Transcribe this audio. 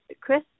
Chris